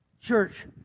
Church